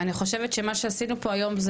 ואני חושבת שמה שעשינו פה היום,